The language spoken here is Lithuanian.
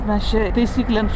mes čia taisyklėms